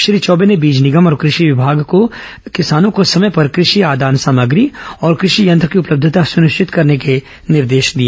श्री चौबे ने बीज निगम और कृषि विभाग को किसानों को समय पर कृषि आदान सामग्री और कृषि यंत्र की उपलब्धता सुनिश्चित करने के निर्देश दिए